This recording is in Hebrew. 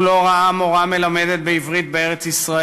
הוא לא ראה מורה מלמדת בעברית בארץ-ישראל,